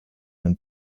than